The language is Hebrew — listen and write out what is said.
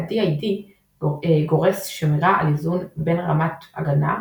ה-DiD גורס שמירה על איזון בין רמת ההגנה,